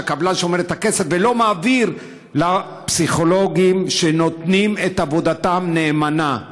שהקבלן שומר את הכסף ולא מעביר לפסיכולוגים שעושים את עבודתם נאמנה.